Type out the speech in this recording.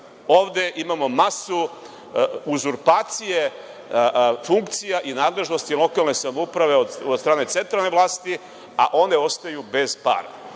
ovde imamo masu uzurpacije funkcija i nadležnosti lokalne samouprave od strane centralne vlasti, a one ostaju bez